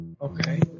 Okay